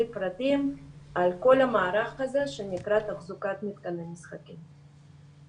פרטים על כל המערך הזה שנקרא תחזוקת מתקני משחקים.